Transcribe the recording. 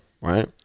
right